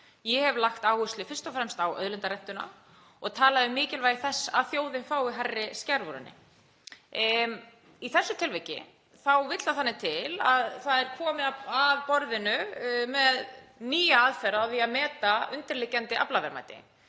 Ég hef lagt áherslu fyrst og fremst á auðlindarentuna og talað um mikilvægi þess að þjóðin fái hærri skerf úr henni. Í þessu tilviki vill þannig til að það er komið að borðinu með nýja aðferð við að meta undirliggjandi aflaverðmæti